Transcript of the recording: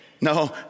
No